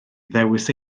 ddewis